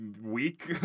week